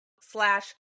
slash